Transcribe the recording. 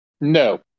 No